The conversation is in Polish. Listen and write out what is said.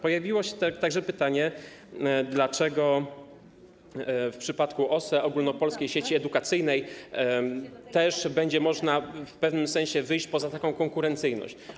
Pojawiło się także pytanie, dlaczego w przypadku OSE, tj. Ogólnopolskiej Sieci Edukacyjnej, też będzie można w pewnym sensie wyjść poza konkurencyjność.